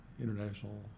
international